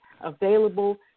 available